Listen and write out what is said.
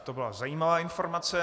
To byla zajímavá informace.